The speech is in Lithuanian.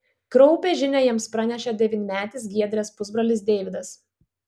kraupią žinią jiems pranešė devynmetis giedrės pusbrolis deividas